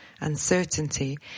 uncertainty